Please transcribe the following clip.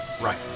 Right